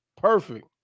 Perfect